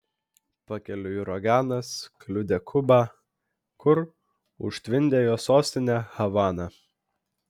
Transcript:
pakeliui uraganas kliudė kubą kur užtvindė jos sostinę havaną